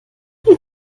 die